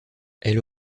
elle